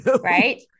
right